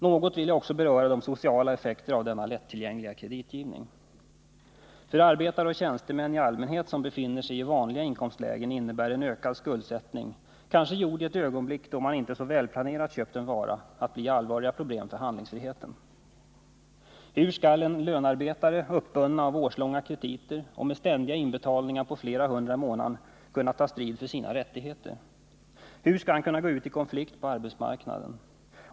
Något vill jag också beröra de sociala effekterna av denna lättillgängliga kreditgivning. För arbetare och tjänstemän i allmänhet som befinner sig i de vanliga inkomstlägena innebär en ökad skuldsättning — kanske gjord i ett ögonblick då man inte så välplanerat köpt en vara — ett allvarligt problem för handlingsfriheten. Hur skall en lönarbetare, uppbunden av årslånga krediter och med ständiga inbetalningar på flera hundra kronor i månaden, kunna ta strid för sina rättigheter? Hur skall han kunna gå ut i konflikt på arbetsmarknaden?